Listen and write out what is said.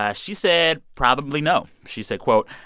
yeah she said, probably, no. she said, quote,